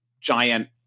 giant